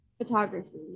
photography